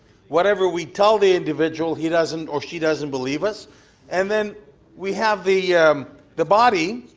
whatever we tell the individual he doesn't or she doesn't believe us and then we have the the body,